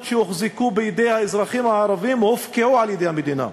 שהוחזקו בידי אזרחים ערבים הופקעו על-ידי המדינה,